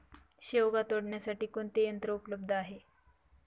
शेवगा तोडण्यासाठी कोणते यंत्र उपलब्ध आहे?